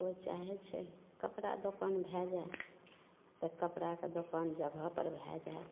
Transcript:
कोइ चाहै छै कपड़ा दोकान भए जाए तऽ कपड़ाके दोकान जगहपर भए जाए